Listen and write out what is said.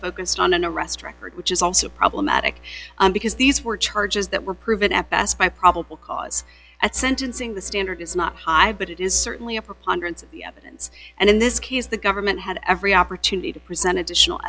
focused on an arrest record which is also problematic because these were charges that were proven at best buy probable cause at sentencing the standard is not high but it is certainly a preponderance of the evidence and in this case the government had every opportunity to present additional